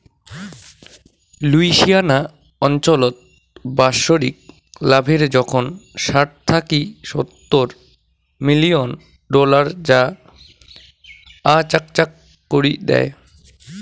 Louisiana অঞ্চলত বাৎসরিক লাভের জোখন ষাট থাকি সত্তুর মিলিয়ন ডলার যা আচাকচাক করি দ্যায়